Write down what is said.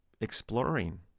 exploring